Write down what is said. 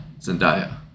zendaya